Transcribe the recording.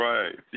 Right